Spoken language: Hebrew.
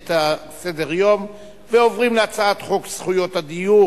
את סדר-היום ועוברים להצעת חוק זכויות הדייר